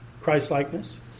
Christlikeness